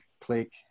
click